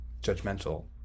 judgmental